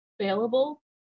available